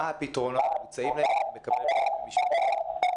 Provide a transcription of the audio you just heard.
מה הפתרונות המוצעים להם בכפוף ---.